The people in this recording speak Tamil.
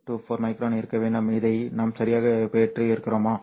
24 மைக்ரான் இருக்க வேண்டும் இதை நாம் சரியாகப் பெற்றிருக்கிறோமா